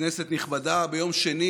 כנסת נכבדה, ביום שני